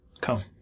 Come